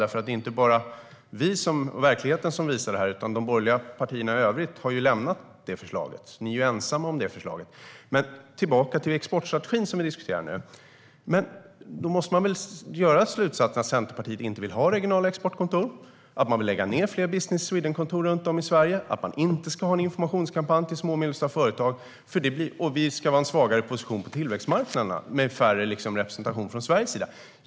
Det är ju inte bara vi och verkligheten som visar det här, utan även de borgerliga partierna i övrigt har lämnat det förslaget. Ni är ju ensamma om det. Om vi går tillbaka till exportstrategin som vi diskuterar nu måste jag dra slutsatsen att Centerpartiet inte vill ha regionala exportkontor, att man vill lägga ned fler Business Sweden-kontor runt om i Sverige, att man inte ska ha en informationskampanj till små och medelstora företag och att vi ska ha en svagare position på tillväxtmarknaderna med mindre representation från Sveriges sida.